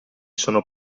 sono